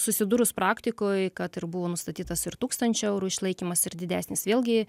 susidurus praktikoj kad ir buvo nustatytas ir tūkstančio eurų išlaikymas ir didesnis vėlgi